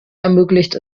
ermöglicht